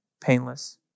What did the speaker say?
Painless